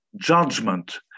judgment